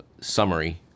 summary